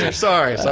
and sorry, so